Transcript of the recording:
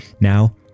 now